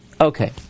Okay